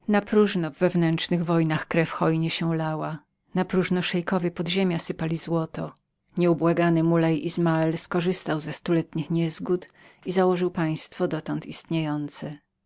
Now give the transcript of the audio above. napróżno w wewnętrznych wojnach krew hojnie się lała napróżno szeikowie podziemia sypali złoto nieubłagany mulej izmael skorzystał ze stuletnych niezgód i założył państwo dotąd istniejące